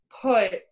put